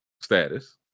status